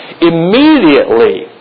Immediately